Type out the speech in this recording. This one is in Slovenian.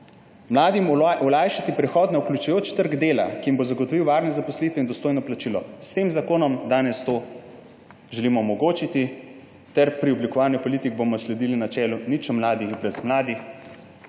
Mladim olajšati prihod na vključujoč trg dela, ki jim bo zagotovil varne zaposlitve in dostojno plačilo. S tem zakonom želimo danes to omogočiti. Pri oblikovanju politik bomo sledili načelu Nič o mladih brez mladih.